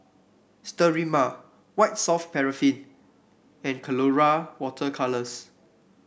Sterimar White Soft Paraffin and Colora Water Colours